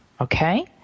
okay